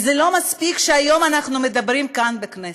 לא מספיק שהיום אנחנו מדברים כאן בכנסת.